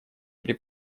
при